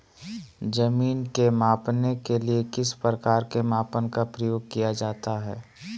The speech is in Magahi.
जमीन के मापने के लिए किस प्रकार के मापन का प्रयोग किया जाता है?